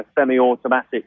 semi-automatic